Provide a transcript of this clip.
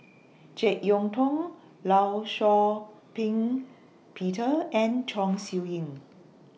Jek Yeun Thong law Shau Ping Peter and Chong Siew Ying